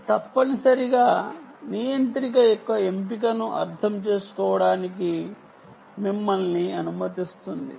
ఇది తప్పనిసరిగా నియంత్రిక యొక్క ఎంపికను అర్థం చేసుకోవడానికి మిమ్మల్ని అనుమతిస్తుంది